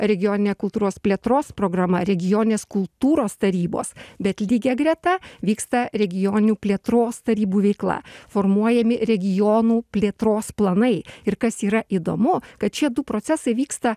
regioninė kultūros plėtros programa regioninės kultūros tarybos bet lygia greta vyksta regioninių plėtros tarybų veikla formuojami regionų plėtros planai ir kas yra įdomu kad šie du procesai vyksta